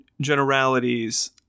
generalities